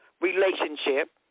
relationship